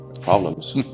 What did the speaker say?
problems